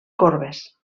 corbes